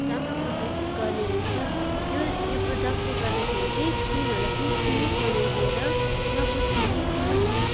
राम्रो प्रोटेक्ट गर्ने रहेछ यो प्रडक्टले गर्दाखेरि चाहिँ स्किनहरूलाई पनि स्मुथ बनाइदिएर नफुटिने स्मुदी